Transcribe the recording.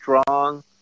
strong